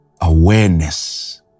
awareness